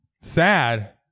sad